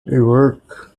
work